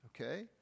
okay